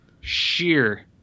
sheer